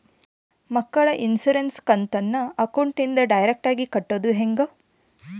ಮಕ್ಕಳ ಇನ್ಸುರೆನ್ಸ್ ಕಂತನ್ನ ಅಕೌಂಟಿಂದ ಡೈರೆಕ್ಟಾಗಿ ಕಟ್ಟೋದು ಹೆಂಗ?